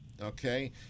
okay